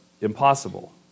impossible